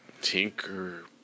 Tinker